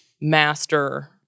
master